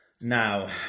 Now